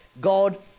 God